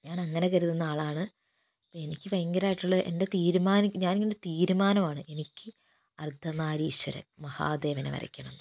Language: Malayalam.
ഞാനങ്ങനെ കരുതുന്ന ആളാണ് എനിക്ക് ഭയങ്കരമായിട്ടുള്ള എന്റെ തീരുമാനം ഞാനിങ്ങനെ ഒരു തീരുമാനമാണ് എനിക്ക് അർദ്ധനാരീശ്വരൻ മഹാദേവനെ വരയ്ക്കണം എന്ന് ഉള്ളത്